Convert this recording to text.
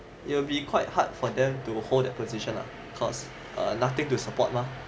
it will be quite hard for them to hold that position lah cause nothing to support mah